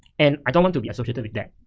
and i don't want to be associated with that,